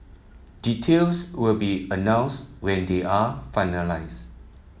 details will be announced when they are finalised